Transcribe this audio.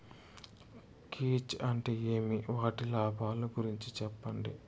కీచ్ అంటే ఏమి? వాటి లాభాలు గురించి సెప్పండి?